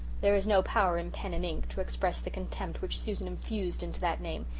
there is no power in pen and ink to express the contempt which susan infused into that name.